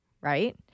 right